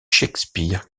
shakespeare